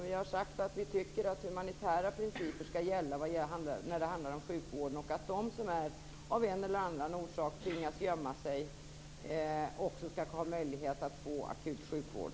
Vi har sagt att vi tycker att humanitära principer skall gälla när det handlar om sjukvården och att de som av en eller annan orsak tvingas gömma sig också skall ha möjlighet att få akut sjukvård.